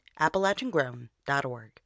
AppalachianGrown.org